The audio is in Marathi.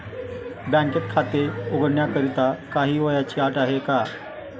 बँकेत खाते उघडण्याकरिता काही वयाची अट आहे का?